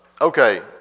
Okay